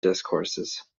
discourses